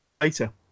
later